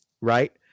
right